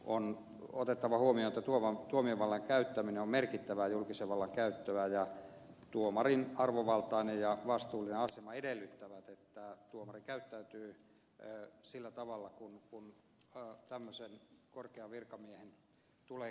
on otettava huomioon että tuomiovallan käyttäminen on merkittävää julkisen vallan käyttöä ja tuomarin arvovaltainen ja vastuullinen asema edellyttävät että tuomari käyttäytyy sillä tavalla kuin tämmöisen korkean virkamiehen tulee käyttäytyä